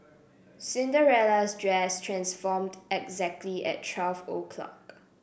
Cinderella's dress transformed exactly at twelve o'clock